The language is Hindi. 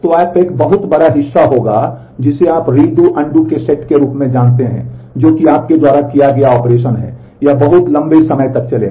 तो एक बहुत बड़ा हिस्सा होगा जिसे आप रीडू अनडू के सेट के रूप में जानते हैं जो कि आपके द्वारा किया गया ऑपरेशन है यह बहुत लंबे समय तक चलेगा